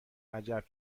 عجب